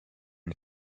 the